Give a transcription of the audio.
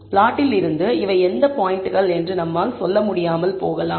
பிளாட்டில் இருந்து இவை எந்த பாயிண்ட்கள் என்று நம்மால் சொல்ல முடியாமல் போகலாம்